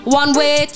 one-way